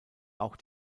auch